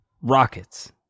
Rockets